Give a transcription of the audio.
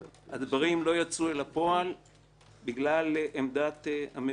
הדברים לא יצאו אל הפועל בגלל עמדת הממונה.